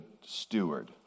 steward